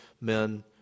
men